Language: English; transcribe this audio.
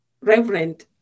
Reverend